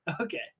Okay